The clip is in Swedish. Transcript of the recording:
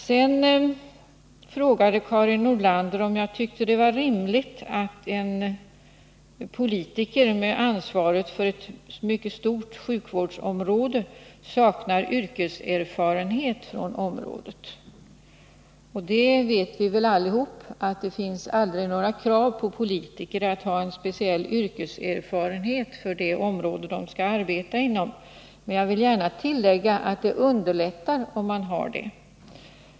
Karin Nordlander frågade om jag tyckte det var rimligt att en politiker med ansvar för ett mycket stort sjukvårdsområde saknar yrkeserfarenhet från området. Vi vet väl allihop att det aldrig finns några krav på speciell yrkeserfarenhet från det område en politiker skall arbeta inom. Men jag vill gärna tillägga att det underlättar om sådan erfarenhet finns.